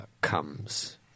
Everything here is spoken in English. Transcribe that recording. comes